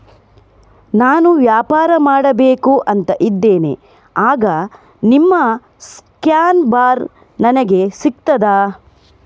ನಾನು ವ್ಯಾಪಾರ ಮಾಡಬೇಕು ಅಂತ ಇದ್ದೇನೆ, ಆಗ ನಿಮ್ಮ ಸ್ಕ್ಯಾನ್ ಬಾರ್ ನನಗೆ ಸಿಗ್ತದಾ?